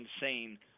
insane